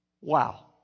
Wow